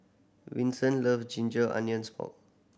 Vinson love ginger onions pork